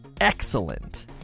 excellent